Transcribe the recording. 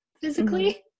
physically